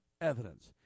evidence